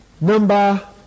Number